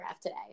today